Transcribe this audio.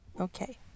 Okay